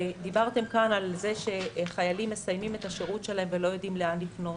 דיברתם כאן על כך שחיילים מסיימים את השירות שלהם ולא יודעים לאן לפנות.